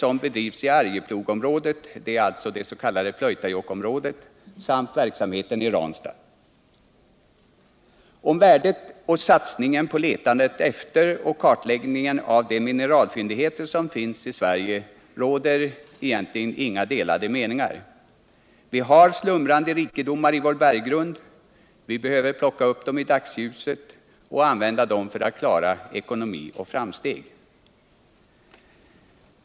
Om värdet av satsningen på letandet efter och kartläggningen av de mineralfyndigheter som finns i Sverige råder egentligen inga delade meningar. Vi har slumrande rikedomar i vår berggrund. och vi behöver plocka upp dem i dagsljuset och använda dem för att klara ekonomi och framsteg.